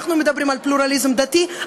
אנחנו מדברים על פלורליזם דתי,